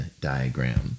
diagram